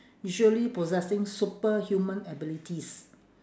usually possessing superhuman abilities